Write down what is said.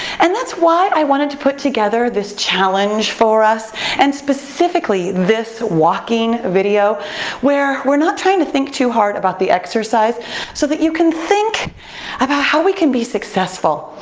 and that's why i wanted to put together this challenge for us and specifically this walking video where we're not trying to think too hard about the exercise so that you can think about how we can be successful,